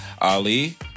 Ali